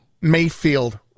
Mayfield